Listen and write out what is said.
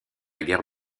guerre